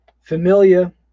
Familia